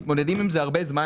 אנחנו מתמודדים עם זה הרבה זמן.